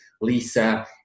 Lisa